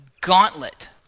gauntlet